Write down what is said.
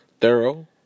thorough